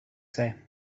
say